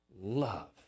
love